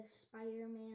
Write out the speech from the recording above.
Spider-Man